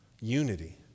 unity